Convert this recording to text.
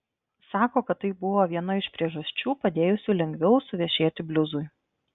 sako kad tai buvo viena iš priežasčių padėjusių lengviau suvešėti bliuzui